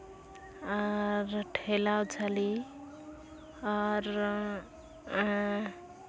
ᱟᱨ ᱴᱷᱮᱞᱟᱣ ᱡᱷᱟᱹᱞᱤ ᱟᱨ ᱮᱜ